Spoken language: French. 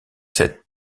cette